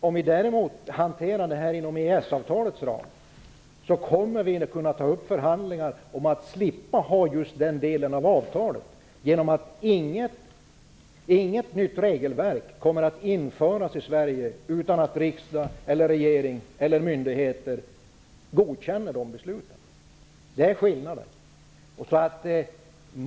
Om vi däremot hanterar den här frågan inom EES avtalets ram kommer vi att kunna ta upp förhandlingar om att slippa just den delen av avtalet, genom att inget nytt regelverk kommer att införas i Sverige utan att riksdag, regering eller myndigheter godkänner ett sådant beslut. Det är skillnaden.